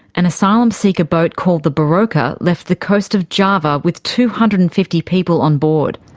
an asylum seeker boat called the barokah left the coast of java with two hundred and fifty people on board.